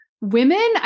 women